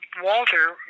Walter